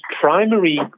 primary